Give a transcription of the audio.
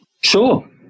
Sure